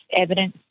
evidence